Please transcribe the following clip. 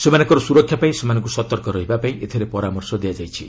ସେମାନଙ୍କର ସୁରକ୍ଷା ପାଇଁ ସେମାନଙ୍କୁ ସତର୍କ ରହିବା ପାଇଁ ଏଥିରେ ପରାମର୍ଶ ଦିଆଯାଇଛି